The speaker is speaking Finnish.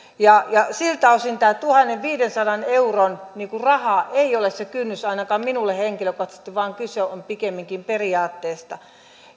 siltä osin tämä tuhannenviidensadan euron raha ei ole se kynnys ainakaan minulle henkilökohtaisesti vaan kyse on pikemminkin periaatteesta